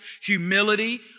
humility